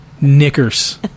Knickers